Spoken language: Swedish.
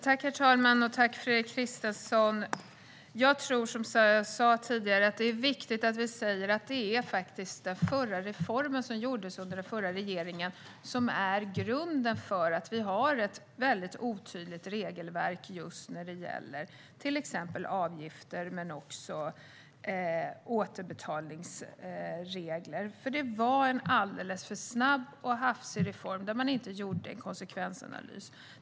Herr talman! Som jag sa tidigare är det viktigt att vi faktiskt säger att det är den reform som gjordes under förra regeringen som är grunden till att vi har ett otydligt regelverk vad gäller avgifter och återbetalning. Det var en snabb och alldeles för snabb och hafsig reform där man inte gjorde en konsekvensanalys.